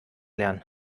lernen